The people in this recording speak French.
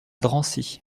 drancy